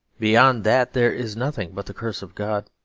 beyond that there is nothing but the curse of god,